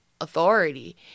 authority